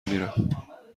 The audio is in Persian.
میرم